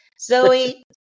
Zoe